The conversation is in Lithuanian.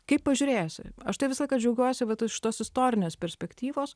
kaip pažiūrėsi aš tai visą laiką džiaugiuosi vat iš tos istorinės perspektyvos